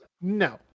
no